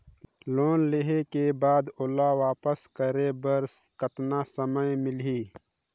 Loan लेहे के बाद ओला वापस करे बर कतना समय मिलही?